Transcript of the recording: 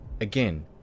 Again